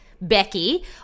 Becky